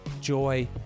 joy